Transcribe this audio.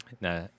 Nah